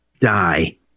die